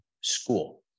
school